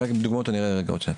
דוגמאות אני אראה עוד שנייה.